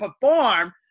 perform